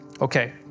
okay